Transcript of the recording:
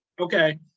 Okay